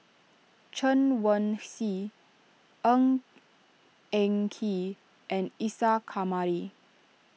Chen Wen Hsi Ng Eng Kee and Isa Kamari